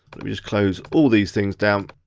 let me just close all these things down.